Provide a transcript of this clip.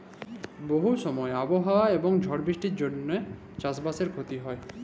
বহু সময় আবহাওয়া এবং ঝড় বৃষ্টির জনহে চাস বাসে ক্ষতি হয়